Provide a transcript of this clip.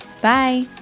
Bye